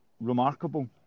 remarkable